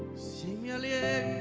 senior